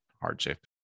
hardship